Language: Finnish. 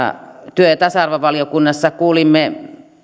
työ ja tasa arvovaliokunnassa kuulimme